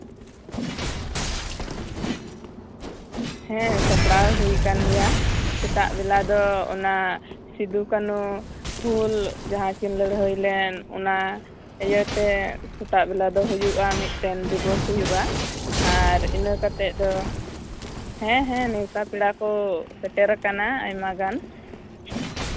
ᱦᱮᱸ ᱥᱟᱯᱲᱟᱣ ᱦᱩᱭ ᱟᱠᱟᱱ ᱜᱮᱭᱟ ᱥᱮᱛᱟᱜ ᱵᱮᱞᱟ ᱚᱱᱟ ᱥᱤᱫᱩ ᱠᱟᱱᱩ ᱦᱩᱞ ᱡᱟᱦᱟᱸᱠᱤᱱ ᱞᱟᱹᱲᱦᱟᱹᱭ ᱞᱮᱱ ᱚᱱᱟ ᱤᱭᱟᱹᱛᱮ ᱥᱮᱛᱟᱜ ᱵᱮᱞᱟ ᱫᱚ ᱵᱩᱭᱩᱜᱼᱟ ᱢᱤᱫᱴᱮᱱ ᱫᱤᱵᱚᱥ ᱦᱩᱭᱩᱜᱼᱟ ᱟᱨ ᱤᱱᱟᱹ ᱠᱟᱛᱮ ᱫᱚ ᱦᱮᱸ ᱦᱮᱸ ᱱᱮᱣᱛᱟ ᱯᱮᱲᱟ ᱠᱚ ᱥᱮᱴᱮᱨᱟᱠᱟᱱᱟ ᱟᱭᱢᱟ ᱜᱟᱱ